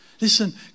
Listen